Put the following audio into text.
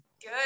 Good